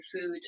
food